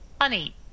honey